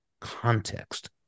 context